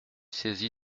saisi